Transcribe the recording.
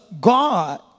God